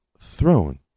throne